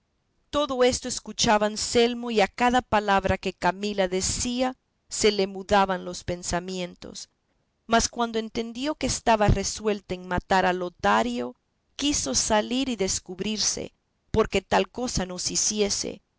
todo esto escuchaba anselmo y a cada palabra que camila decía se le mudaban los pensamientos mas cuando entendió que estaba resuelta en matar a lotario quiso salir y descubrirse porque tal cosa no se hiciese